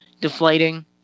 deflating